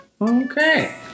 Okay